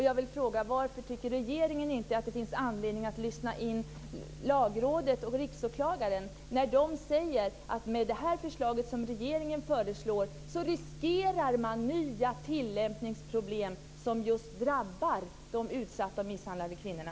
Jag vill fråga: Varför tycker inte regeringen att det finns anledning att lyssna på Lagrådet och Riksåklagaren, när de säger att man med det förslag som regeringen lägger fram riskerar nya tillämpningsproblem som just drabbar de utsatta och misshandlade kvinnorna?